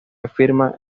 afirma